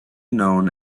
known